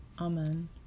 Amen